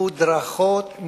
מודרכות,